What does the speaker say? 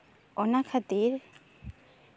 ᱚᱱᱟ ᱠᱷᱟᱹᱛᱤᱨ